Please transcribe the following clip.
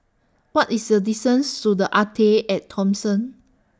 What IS The distance to The Arte At Thomson